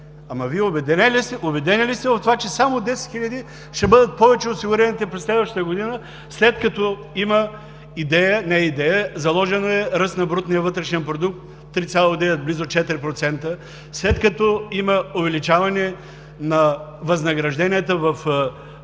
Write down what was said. Ама, Вие убедени ли сте в това, че само с 10 хиляди ще бъдат повече осигурените през следващата година. След като има идея – не е идея, заложен е ръст на брутния вътрешен продукт от 3,9, близо 4%, след като има увеличаване на възнагражденията в бюджетния